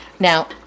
Now